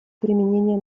применения